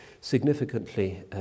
significantly